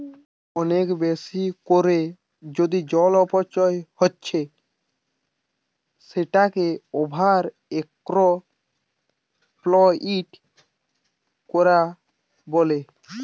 অনেক বেশি কোরে যদি জলের অপচয় হচ্ছে সেটাকে ওভার এক্সপ্লইট কোরা বলে